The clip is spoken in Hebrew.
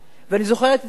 ואני זוכרת את יצחק רבין,